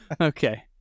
Okay